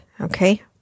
okay